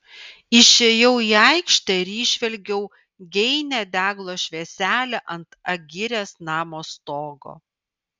išėjau į aikštę ir įžvelgiau geinią deglo švieselę ant agirės namo stogo